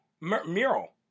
mural